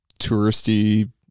touristy